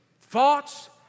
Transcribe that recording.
thoughts